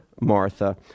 Martha